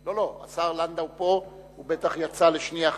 לא, לא, השר לנדאו פה, הוא בטח יצא לשנייה אחת.